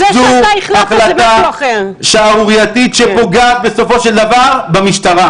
זו החלטה שערורייתית שפוגעת בסופו של דבר במשטרה.